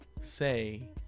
say